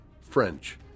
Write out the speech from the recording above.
French